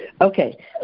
Okay